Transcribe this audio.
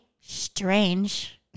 strange